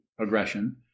aggression